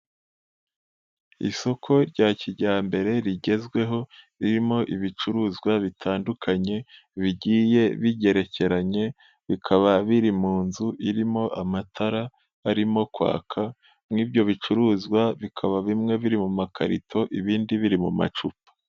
Isoko rya kijyambere rigezweho, ririmo ibicuruzwa bitandukanye bigiye bigerekeranye, bikaba biri mu nzu irimo amatara arimo kwaka, muri ibyo bicuruzwa bikaba bimwe biri mu makarito ibindi biri mu macupa.